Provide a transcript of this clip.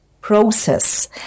process